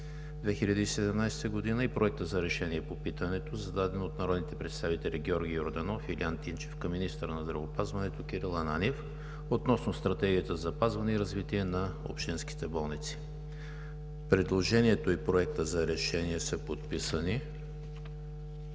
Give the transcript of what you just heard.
2017 г. и Проект за решение по питането, зададено от народните представители Георги Йорданов и Илиян Тимчев към министъра на здравеопазването Кирил Ананиев относно Стратегията за запазване и развитие на общинските болници. Предложението и Проектът за решение са подписани